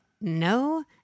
no